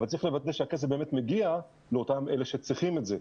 אבל צריך לוודא שהכסף באמת מגיע לאותם אלה שצריכים את זה.